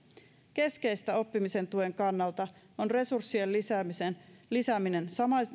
keskeistä oppimisen tuen kannalta on resurssien lisääminen